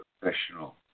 Professional